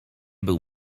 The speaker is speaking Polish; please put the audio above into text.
był